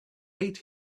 ate